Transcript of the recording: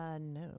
no